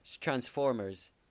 Transformers